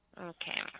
Okay